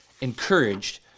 encouraged